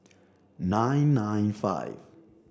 nine nine five